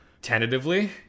tentatively